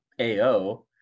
AO